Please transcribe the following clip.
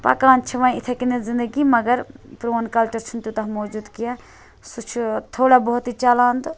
پَکان چھِ وۄنۍ یِتھے کٔنیٚتھ زِندگی مگر پرون کَلچَر چھُ نہٕ تیوتاہ موٗجود کینٛہہ سُہ چھُ تھوڑا بہتٕے چَلان تہٕ